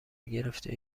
گرفته